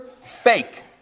Fake